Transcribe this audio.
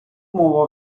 мова